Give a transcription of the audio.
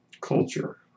culture